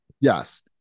Yes